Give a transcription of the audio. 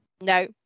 No